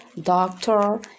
doctor